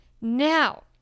now